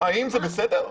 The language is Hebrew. האם זה בסדר?